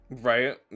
right